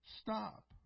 stop